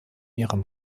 ihrem